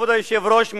כבוד היושב-ראש,